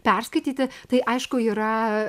perskaityti tai aišku yra